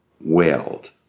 wailed